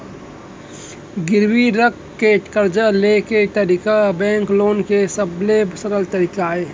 गिरवी राख के करजा लिये के तरीका बेंक लोन के सबले सरल तरीका अय